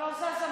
זזה מהכיסא,